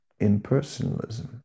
impersonalism